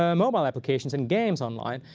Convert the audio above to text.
ah mobile applications and games online.